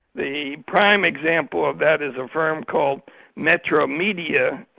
the prime example of that is a firm called metromedia,